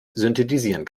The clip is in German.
synthetisieren